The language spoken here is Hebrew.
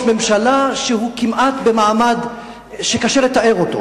ממשלה כשהוא כמעט במעמד שקשה לתאר אותו,